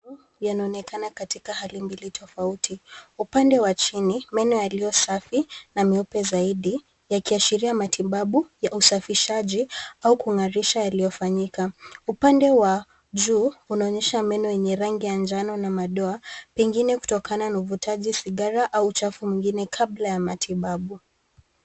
Meno yanaonekana katika hali mbili tofauti. Upande wa chini, meno yaliyo safi na meupe zaidi yakiashiria matibabu ya usafishaji au kung'arisha yaliyofanyika. Upande wa juu unaonyesha meno yenye rangi ya manjano na doa pengine kutokana na uvutaji sigara au uchafu mwingine kabla ya matibabu.